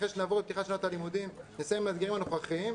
אחרי שנעבור לפתיחת שנת הלימודים בהתאם לתנאים הנוכחיים,